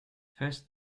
first